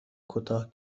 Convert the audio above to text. کوتاه